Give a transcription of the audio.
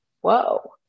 Whoa